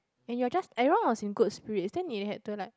and you're just everyone was in good spirits and then you had to like